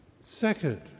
Second